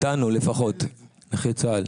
איתנו לפחות, נכי צה"ל.